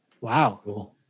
Wow